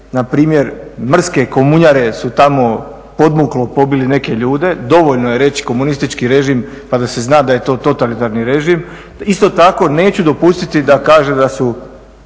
npr. mrske komunjare su tamo podmuklo pobili neke ljude, dovoljno je reći komunistički režim pa da se zna da je to totalitarni režim. Isto tako neću dopustiti da kaže da su